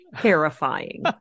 terrifying